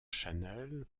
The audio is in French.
channel